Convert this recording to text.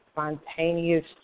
Spontaneous